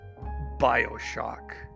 Bioshock